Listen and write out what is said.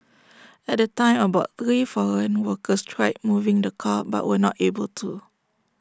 at the time about three foreign workers tried moving the car but were not able to